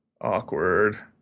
Awkward